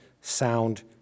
sound